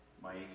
Mike